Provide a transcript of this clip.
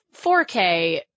4K